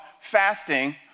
fasting